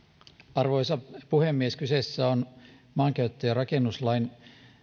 arvoisa puhemies kyseessä on maankäyttö ja rakennuslain